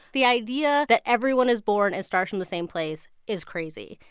the idea that everyone is born and starts in the same place is crazy,